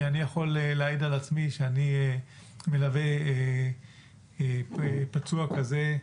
אני יכול להעיד על עצמי שאני מלווה פצוע כזה.